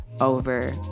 over